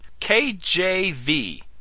KJV